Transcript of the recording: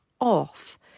off